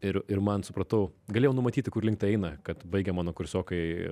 ir ir man supratau galėjau numatyti kur link tai eina kad baigę mano kursiokai